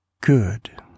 good